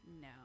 No